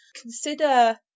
Consider